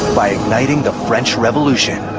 by igniting the french revolution.